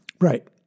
Right